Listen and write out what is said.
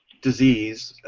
disease,